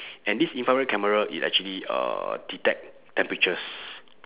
and this infrared camera it actually uh detect temperatures